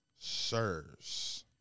Sirs